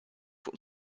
für